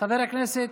חבר הכנסת,